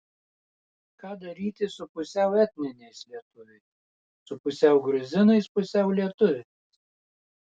ką daryti su pusiau etniniais lietuviais su pusiau gruzinais pusiau lietuviais